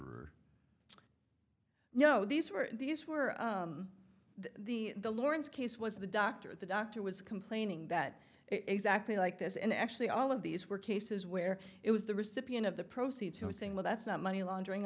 launderer no these were these were the the lawrence case was the doctor the doctor was complaining that exactly like this and actually all of these were cases where it was the recipient of the procedure saying well that's not money laundering